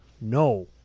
No